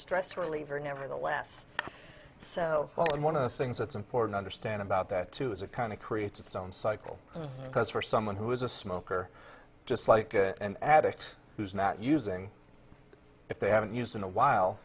stress reliever nevertheless so well one of the things that's important understand about that too is a kind of creates its own cycle because for someone who is a smoker just like an addict who's not using if they haven't used in a while